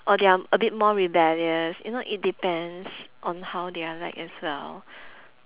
or they are a bit more rebellious you know it depends on how they are like as well